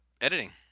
editing